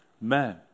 man